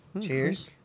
Cheers